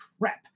crap